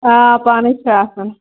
آ پانَے چھِ آسَان